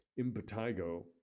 impetigo